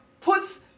Puts